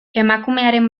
emakumeren